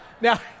Now